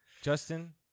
Justin